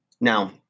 Now